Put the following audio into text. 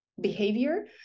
behavior